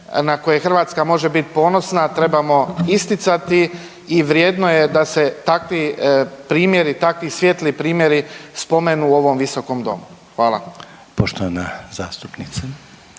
na koje Hrvatska može biti ponosna trebamo isticati i vrijedno je da se takvi primjeri, takvi svijetli primjeri spomenu u ovom visokom domu. Hvala. **Reiner,